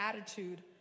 attitude